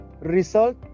result